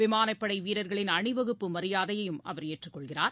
விமானப்படை வீரர்களின் அணிவகுப்பு மரியாதையையும் அவர் ஏற்றுக் கொள்கிறார்